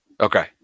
Okay